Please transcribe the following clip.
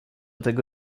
tego